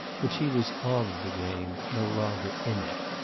but she was of the game, no longer in it.